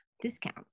discount